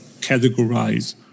categorize